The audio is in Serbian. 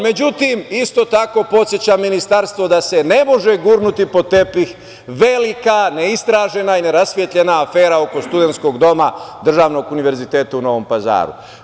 Međutim, isto tako podsećam ministarstvo da se ne može gurnuti pod tepih velika, neistražena i ne rasvetljena afera oko studentskog doma državnog Univerziteta u Novom Pazaru.